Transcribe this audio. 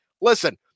listen